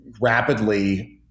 rapidly